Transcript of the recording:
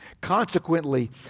Consequently